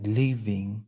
living